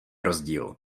rozdíl